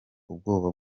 ubwoba